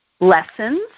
lessons